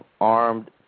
armed